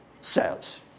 says